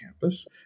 campus